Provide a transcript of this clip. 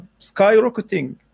skyrocketing